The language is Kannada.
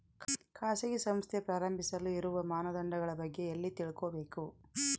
ಖಾಸಗಿ ಸಂಸ್ಥೆ ಪ್ರಾರಂಭಿಸಲು ಇರುವ ಮಾನದಂಡಗಳ ಬಗ್ಗೆ ಎಲ್ಲಿ ತಿಳ್ಕೊಬೇಕು?